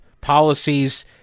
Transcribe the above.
policies